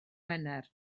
wener